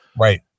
Right